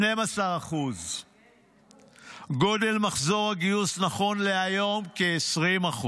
12%. גודל מחזור הגיוס נכון להיום, כ-20%.